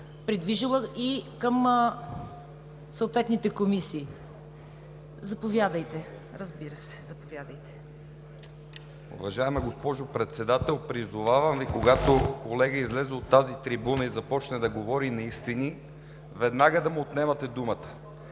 придвижила към съответните комисии. Заповядайте. ХРИСТО ПРОДАНОВ (БСП за България): Уважаема госпожо Председател, призовавам Ви, когато колега излезе на тази трибуна и започне да говори неистини, веднага да му отнемате думата.